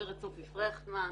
הגברת סופי פרכטמן.